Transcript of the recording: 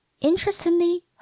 interestingly